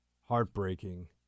heartbreaking